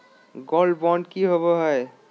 Gold bond की होबो है?